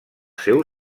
seu